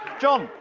john,